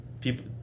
people